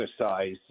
exercise